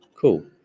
cool